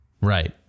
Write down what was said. Right